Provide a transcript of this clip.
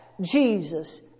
Jesus